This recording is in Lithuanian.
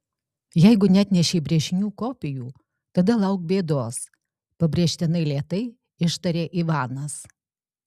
jeigu neatnešei brėžinių kopijų tada lauk bėdos pabrėžtinai lėtai ištarė ivanas